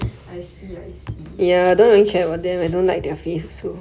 I see I see